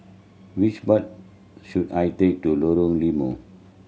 which bus should I take to Lorong Limau